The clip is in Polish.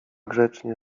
grzecznie